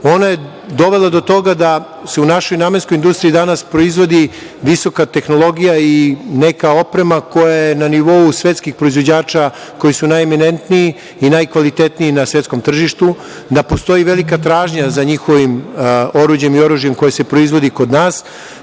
Ona je dovela do toga da se u našoj namenskoj industriji danas proizvodi visoka tehnologija i neka oprema koja je na nivou svetskih proizvođača koji su najeminentniji i najkvalitetniji na svetskom tržištu, da postoji velika tražnja za njihovim oruđem i oružjem koje se proizvodi kod nas,